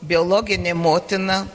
biologinė motina